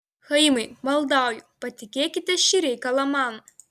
chaimai maldauju patikėkite šį reikalą man